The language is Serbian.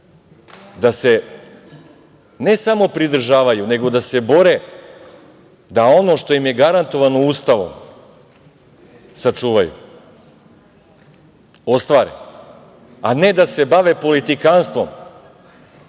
da se, ne samo pridržavaju, nego da se bore da ono što im je garantovano Ustavom sačuvaju, ostare, a ne da se bave politikanstvom